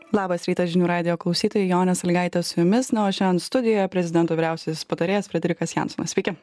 labas rytas žinių radijo klausytojai jonė salygaitė su jumis na o šiandien studijoje prezidento vyriausiasis patarėjas frederikas jansonas sveiki